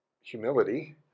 humility